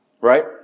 Right